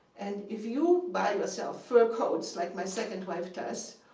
and if you buy yourself fur coats like my second wife does,